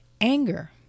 Anger